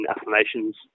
affirmations